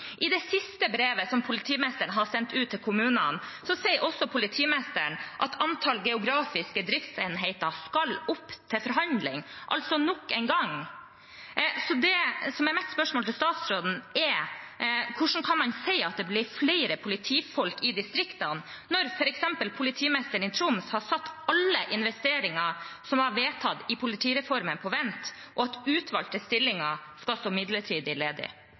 I det siste brevet som politimesteren har sendt ut til kommunene, sier også politimesteren at antall geografiske driftsenheter skal opp til forhandling – altså nok en gang. Mitt spørsmål til statsråden er: Hvordan kan man si at det blir flere politifolk i distriktene når f.eks. politimesteren i Troms har satt alle investeringer som var vedtatt i politireformen, på vent, og utvalgte stillinger skal stå midlertidig ledig?